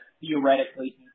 theoretically